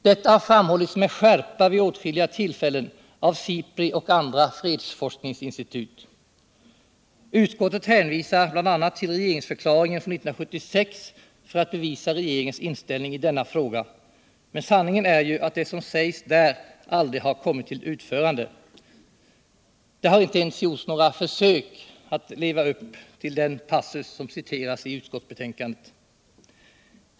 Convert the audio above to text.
Detta har fram hållits med skärpa vid åtskilliga tillfällen av SIPRI och andra fredsforskningsinstitut. Utskottet hänvisar bl.a. till regeringsförklaringen från 1976 för att bevisa regeringens inställning i denna fråga, men sanningen är ju att det som sägs där aldrig har kommit till utförande. Man har inte ens gjort nägra försök att leva upp till den pussus som citeras i utskottsbetänkandet.